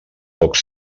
pocs